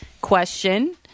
question